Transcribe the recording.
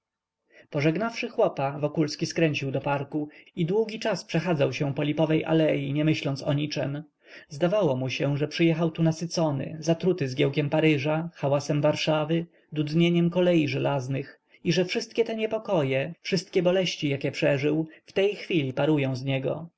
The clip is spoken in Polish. jestem pożegnawszy chłopa wokulski skręcił do parku i długi czas przechadzał się po lipowej alei nie myśląc o niczem zdawało mu się że przyjechał tu nasycony zatruty zgiełkiem paryża hałasem warszawy dudnieniem kolei żelaznych i że wszystkie te niepokoje wszystkie boleści jakie przeżył w tej chwili parują z niego